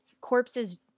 corpses